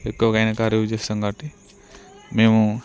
ఎక్కువగా ఆయన కారే యూస్ చేస్తాం కాబట్టి మేము